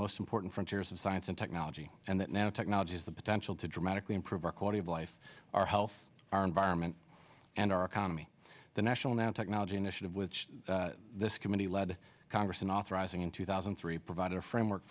most important frontiers of science and technology and that now technology is the potential to dramatically improve our quality of life our health our environment and our economy the national now technology initiative which this committee led congress in authorizing in two thousand and three provided a framework